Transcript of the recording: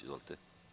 Izvolite.